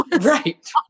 Right